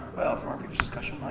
our previous discussion,